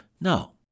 No